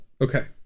Okay